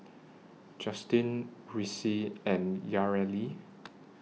Justin Ricci and Yareli